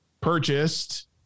purchased